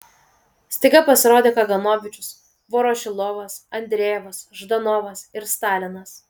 staiga pasirodė kaganovičius vorošilovas andrejevas ždanovas ir stalinas